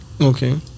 Okay